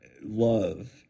love